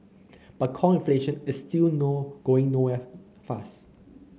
but core inflation is still no going nowhere fast